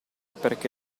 perché